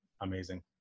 amazing